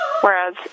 Whereas